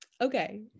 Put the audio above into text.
okay